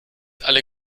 alle